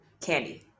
Candy